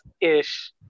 ish